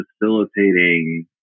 facilitating